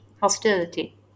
hostility